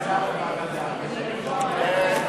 קבוצת סיעת יהדות התורה,